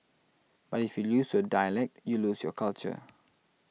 but if you lose your dialect you lose your culture